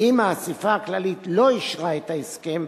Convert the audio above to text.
אם האספה הכללית לא אישרה את ההסכם,